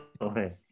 Okay